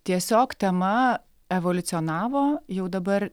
tiesiog tema evoliucionavo jau dabar